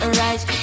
right